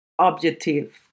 objective